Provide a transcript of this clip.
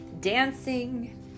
dancing